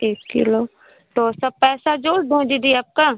एक किलो तो सब पैसा जोड़ दूँ दीदी आपका